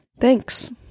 Thanks